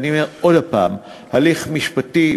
ואני אומר עוד הפעם: הליך משפטי,